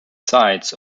sides